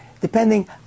depending